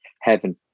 heaven